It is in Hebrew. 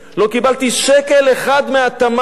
לא קיבלתי שקל אחד מהתמ"ת.